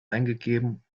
eingegeben